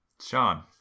sean